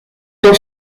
dans